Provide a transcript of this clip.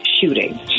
shooting